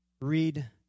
Read